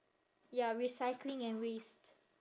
ya recycling and waste